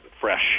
fresh